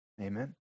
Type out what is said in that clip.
Amen